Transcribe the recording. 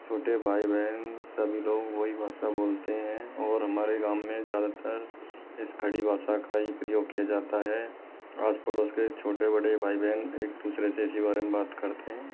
छोटे भाई बहन सभी लोग वही भाषा बोलते हैं और हमारे गाँव में ज़्यादातर इस खड़ी भाषा का ही प्रयोग किया जाता है आस पड़ोस के छोटे बड़े भाई बहन एक दूसरे से इसी बारे में बात करते हैं